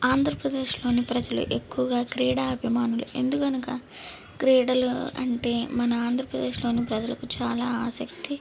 ఆంధ్రప్రదేశ్లోని ప్రజలు ఎక్కువగా క్రీడా అభిమానులు ఎందుకు అనగా క్రీడలు అంటే మన ఆంధ్రప్రదేశ్లోని ప్రజలకు చాలా ఆసక్తి